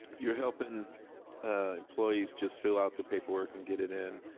you're helping employees just fill out the paperwork and get it in,